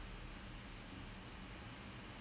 sports biomechanics